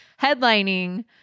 headlining